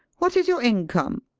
what is your income?